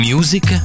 Music